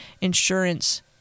insurance